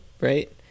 right